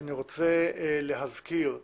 אני רוצה להזכיר,